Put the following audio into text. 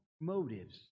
motives